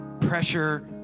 pressure